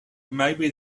maybe